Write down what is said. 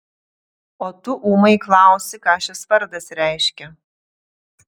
o tu ūmai klausi ką šis vardas reiškia